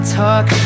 talk